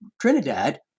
Trinidad